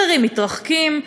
אחרים מתרחקים,